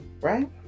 Right